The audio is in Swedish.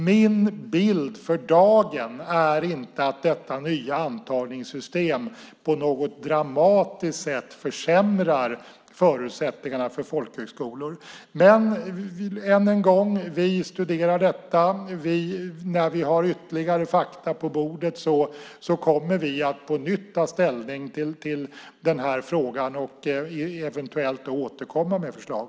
Min bild för dagen är inte att detta nya antagningssystem på något dramatiskt sätt försämrar förutsättningarna för folkhögskolor. Men, än en gång, vi studerar detta. När vi har ytterligare fakta på bordet kommer vi att på nytt ta ställning till den här frågan och eventuellt återkomma med förslag.